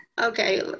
Okay